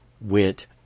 went